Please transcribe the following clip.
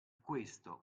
questo